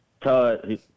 Todd